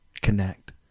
connect